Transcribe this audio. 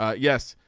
ah yes.